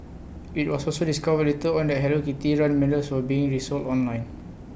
IT was also discovered later on that hello kitty run medals were being resold online